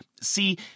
See